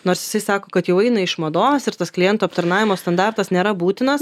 nors jisai sako kad jau eina iš mados ir tas klientų aptarnavimo standartas nėra būtinas